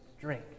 drink